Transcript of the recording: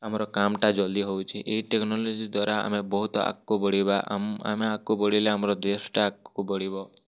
ଆମର କାମଟା ଜଲ୍ଦି ହେଉଛି ଏ ଟେକ୍ନୋଲୋଜି ଦ୍ୱାରା ଆମେ ବହୁତ ଆଗକୁ ବଢ଼ିବା ଆମ ଆମେ ଆଗକୁ ବଢ଼ିଲେ ଆମର ଦେଶଟା ଆଗକୁ ବଢ଼ିବ